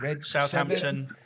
Southampton